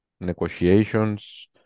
negotiations